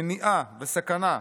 מניעה וסכנה,